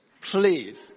Please